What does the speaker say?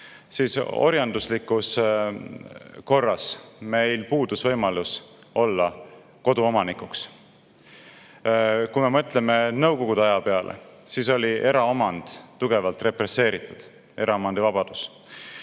siis orjanduslikus korras meil puudus võimalus olla kodu omanik. Kui me mõtleme nõukogude aja peale, siis oli eraomand, eraomandivabadus